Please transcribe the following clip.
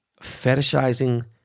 fetishizing